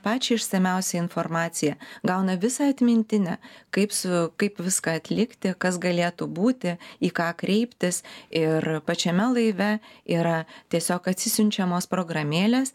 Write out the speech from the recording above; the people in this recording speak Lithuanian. pačią išsamiausią informaciją gauna visą atmintinę kaip su kaip viską atlikti kas galėtų būti į ką kreiptis ir pačiame laive yra tiesiog atsisiunčiamos programėlės